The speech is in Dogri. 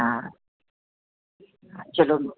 हां चलो